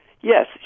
Yes